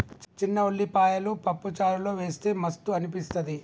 చిన్న ఉల్లిపాయలు పప్పు చారులో వేస్తె మస్తు అనిపిస్తది